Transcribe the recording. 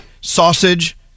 sausage